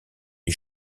est